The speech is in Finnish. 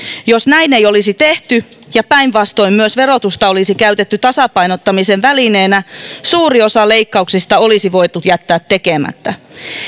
jos näin ei olisi tehty ja päinvastoin myös verotusta olisi käytetty tasapainottamisen välineenä suuri osa leikkauksista olisi voitu jättää tekemättä